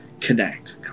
connect